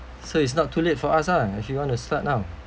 so is not too late for us lah if you want to start now